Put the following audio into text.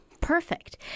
Perfect